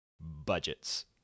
budgets